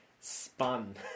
spun